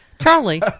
Charlie